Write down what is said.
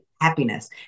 happiness